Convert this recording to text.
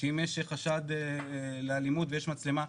שאם יש חשד לאלימות ויש מצלמה,